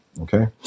okay